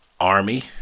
army